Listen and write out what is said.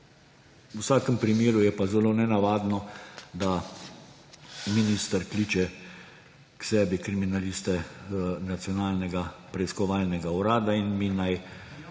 V vsakem primeru je pa zelo nenavadno, da minister kliče k sebi kriminaliste Nacionalnega preiskovalnega urada. In mi naj